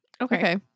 Okay